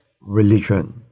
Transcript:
religion